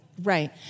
Right